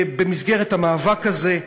במסגרת המאבק הזה.